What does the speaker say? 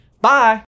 bye